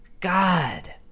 God